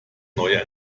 neue